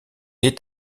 est